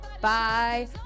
Bye